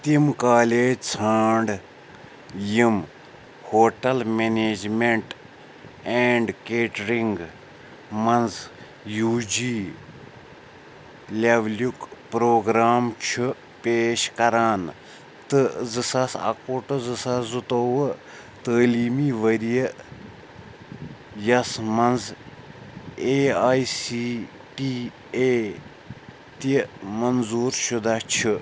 تِم کالج ژھانٛڈ یِم ہوٹل منیجمیٚنٛٹ اینٛڈ کیٹرِنٛگ مَنٛز یوٗ جی لیولیٛک پرٛوگرٛام چھِ پیش کران تہٕ زٕ ساس اَکہٕ وُہ ٹُو زٕ ساس زٕ تووُہ تعلیٖمی وریہِ یَس مَنٛز A I C T A منظور شُدہ چھِ